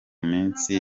minsi